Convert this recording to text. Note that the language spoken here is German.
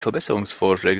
verbesserungsvorschläge